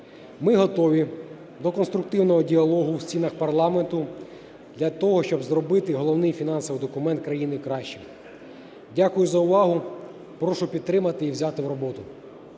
Ми готові до конструктивного діалогу в стінах парламенту для того, щоб зробити головний фінансовий документ країни кращим. Дякую за увагу. Прошу підтримати і взяти в роботу.